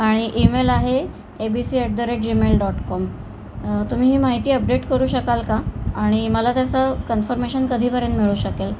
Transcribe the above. आणि ईमेल आहे A B C at the rate Gmail dot com तुम्ही ही माहिती अपडेट करू शकाल का आणि मला त्याचं कन्फर्मेशन कधीपर्यंत मिळू शकेल